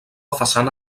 façana